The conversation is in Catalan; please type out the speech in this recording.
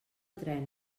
tren